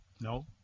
No